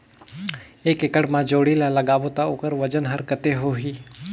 एक एकड़ मा जोणी ला लगाबो ता ओकर वजन हर कते होही?